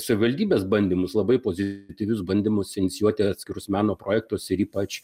savivaldybės bandymus labai pozityvius bandymus inicijuoti atskirus meno projektus ir ypač